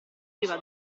priva